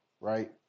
right